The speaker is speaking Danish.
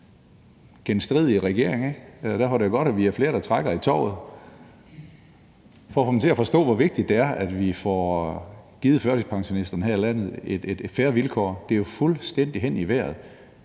genstridig regering, og derfor er det jo godt, at vi er flere, der trækker i tovet for at få den til at forstå, hvor vigtigt det er, at vi får givet førtidspensionisterne her i landet fair vilkår. Det er jo fuldstændig hen i vejret,